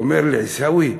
אומר לי: עיסאווי,